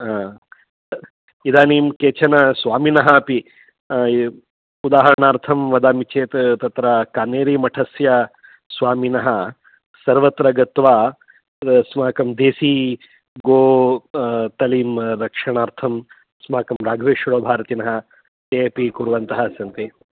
हा इदानीं केचन स्वामिनः अपि उदाहरणार्थं वदामि चेत् तत्र कनेरिमठस्य स्वामिनः सर्वत्र गत्वा अस्माकं देसी गो तलिं रक्षणार्थम् अस्माकं राघवेश्वरभारतिनः तेपि कुर्वन्तः सन्ति